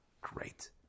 great